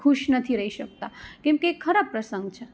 ખુશ નથી રહી શકતા કેમકે એ ખરાબ પ્રસંગ છે